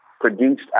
produced